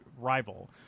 rival